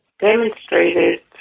demonstrated